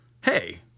Hey